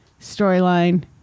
storyline